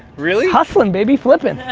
really? hustling baby, flipping.